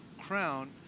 crown